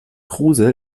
kruse